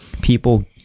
people